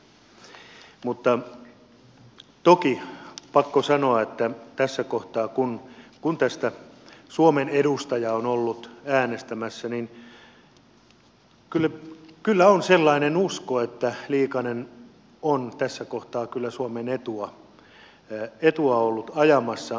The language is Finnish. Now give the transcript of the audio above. mutta toki on pakko sanoa että tässä kohtaa kun tästä suomen edustaja on ollut äänestämässä niin kyllä on sellainen usko että liikanen on tässä kohtaa suomen etua ollut ajamassa